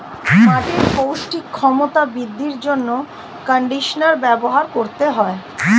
মাটির পৌষ্টিক ক্ষমতা বৃদ্ধির জন্য কন্ডিশনার ব্যবহার করতে হয়